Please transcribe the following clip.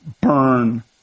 burn